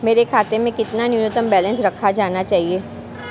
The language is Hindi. मेरे खाते में कितना न्यूनतम बैलेंस रखा जाना चाहिए?